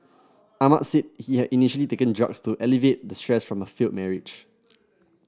Ahmad said he had initially taken drugs to alleviate the stress from a failed marriage